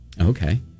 Okay